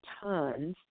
tons